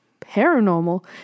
paranormal